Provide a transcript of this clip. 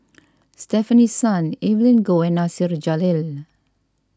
Stefanie Sun Evelyn Goh and Nasir Jalil